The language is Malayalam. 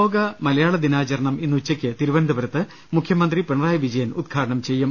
ലോക മലയാള ദിനാചരണം ഇന്ന് ഉച്ചയ്ക്ക് തിരുവനന്തപുരത്ത് മുഖ്യ മന്ത്രി പിണറായി വിജയൻ ഉദ്ഘാടനം ചെയ്യും